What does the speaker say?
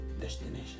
destination